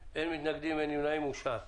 אין בעיה, תביאו את המועבר, נאשר אותו,